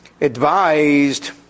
advised